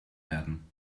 werden